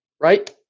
right